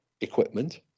equipment